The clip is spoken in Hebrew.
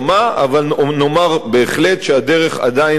אבל נאמר בהחלט שהדרך עדיין ארוכה.